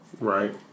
Right